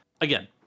again